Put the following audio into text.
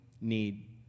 need